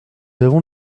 avons